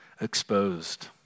Exposed